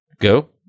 go